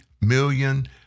million